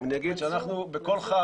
אני אגיד שבכל חג